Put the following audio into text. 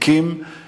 תיקים